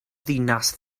ddinas